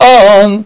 on